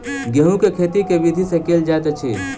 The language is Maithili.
गेंहूँ केँ खेती केँ विधि सँ केल जाइत अछि?